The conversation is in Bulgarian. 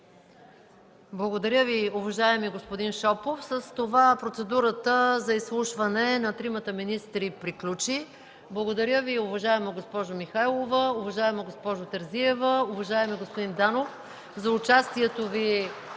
Благодаря Ви, уважаеми господин Шопов. С това процедурата за изслушване на тримата министри приключи. Благодаря Ви, уважаема госпожо Михайлова, уважаема госпожо Терзиева, уважаеми господин Данов, за участието Ви